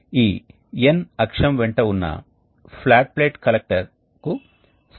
కాబట్టి ఈ వాల్వ్ తెరవబడింది ఈ వాల్వ్ కూడా తెరవబడింది కానీ ఈ 2 వాల్వ్ లు మూసివేయబడ్డాయి